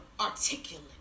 articulate